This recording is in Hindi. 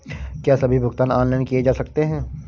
क्या सभी भुगतान ऑनलाइन किए जा सकते हैं?